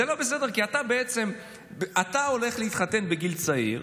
זה לא בסדר כי אתה הולך להתחתן בגיל צעיר,